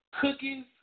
Cookies